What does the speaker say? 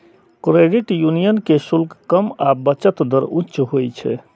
credit union के शुल्क कम आ बचत दर उच्च होइ छै